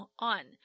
on